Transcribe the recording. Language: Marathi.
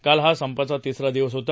काल या संपाचा तिसरा दिवस होता